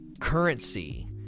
currency